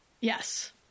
Yes